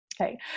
Okay